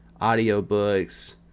audiobooks